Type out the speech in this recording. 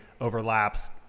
overlaps